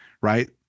right